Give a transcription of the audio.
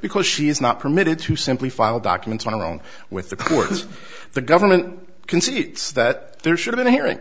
because she is not permitted to simply file documents on our own with the court has the government can see that there should have a hearing